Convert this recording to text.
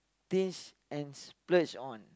binge and splurge on